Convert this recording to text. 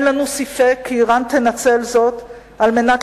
אין לנו ספק כי אירן תנצל זאת על מנת